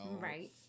Right